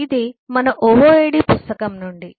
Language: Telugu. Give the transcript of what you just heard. కాబట్టి ఇది మన OOAD పుస్తకం నుండి